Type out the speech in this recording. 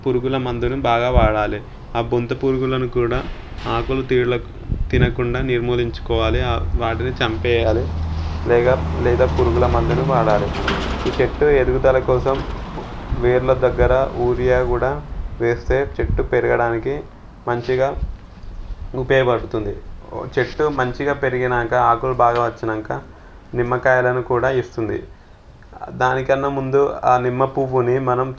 పురుగుల మందులు బాగా వాడాలి ఆ బొంత పురుగులను కూడా ఆకులు తిన తినకుండా నిర్మూలించుకోవాలి వాటిని చంపేయాలి లేదా లేదా పురుగుల మందులు వాడాలి ఈ చెట్టు ఎదుగుదల కోసం వేర్ల దగ్గర ఊరియా కూడా వేస్తే చెట్టు పెరగడానికి మంచిగా ఉపయోగపడుతుంది చెట్టు మంచిగా పెరిగినాక ఆకులు బాగా వచ్చినాక నిమ్మకాయలను కూడా ఇస్తుంది దానికన్నా ముందు ఆ నిమ్మ పువ్వుని మనం